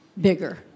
bigger